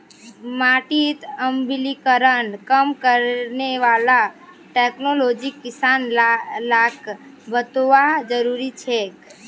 माटीत अम्लीकरण कम करने वाला टेक्नोलॉजी किसान लाक बतौव्वा जरुरी छेक